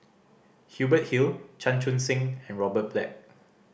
Hubert Hill Chan Chun Sing and Robert Black